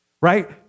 right